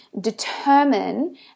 determine